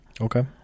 Okay